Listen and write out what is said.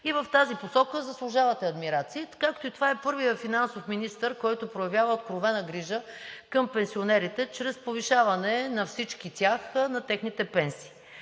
и в тази посока заслужавате адмирации, както и това е първият финансов министър, който проявява откровена грижа към пенсионерите чрез повишаване на пенсиите на всички